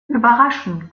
überraschend